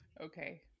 Okay